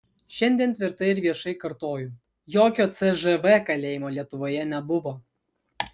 šiandien tvirtai ir viešai kartoju jokio cžv kalėjimo lietuvoje nebuvo